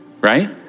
right